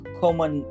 common